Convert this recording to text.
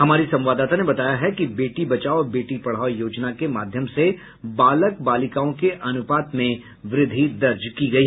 हमारी संवाददाता ने बताया है कि बेटी बचाओ बेटी पढ़ाओ योजना के माध्यम से बालक बालिकाओं के अनूपात में वृद्धि दर्ज की गई है